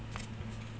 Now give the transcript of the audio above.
mmhmm